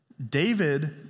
David